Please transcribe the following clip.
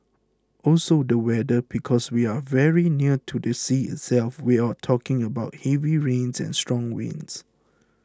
also the weather because we are very near to the sea itself you're talking about heavy rains and strong winds